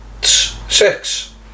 Six